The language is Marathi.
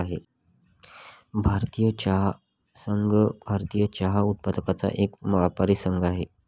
भारतीय चहा संघ, भारतीय चहा उत्पादकांचा एक व्यापारी संघ आहे